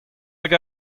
hag